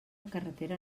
carretera